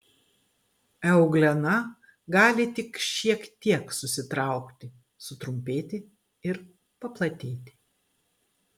euglena gali tik šiek tiek susitraukti sutrumpėti ir paplatėti